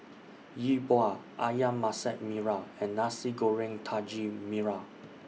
Yi Bua Ayam Masak Merah and Nasi Goreng Daging Merah